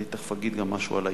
אני תיכף אגיד גם משהו על היישום.